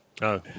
no